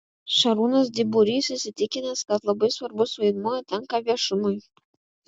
šarūnas dyburys įsitikinęs kad labai svarbus vaidmuo tenka viešumui